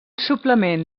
suplement